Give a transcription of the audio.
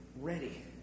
ready